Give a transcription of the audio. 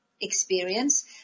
experience